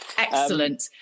Excellent